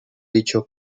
dicho